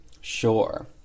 sure